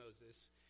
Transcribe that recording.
Moses